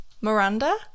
Miranda